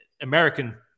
American